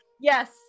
yes